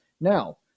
Now